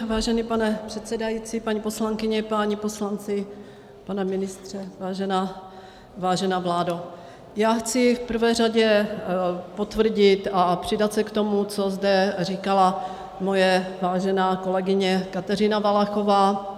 Vážený pane předsedající, paní poslankyně, páni poslanci, pane ministře, vážená vládo, chci v prvé řadě potvrdit a přidat se k tomu, co zde říkala moje vážená kolegyně Kateřina Valachová.